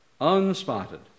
unspotted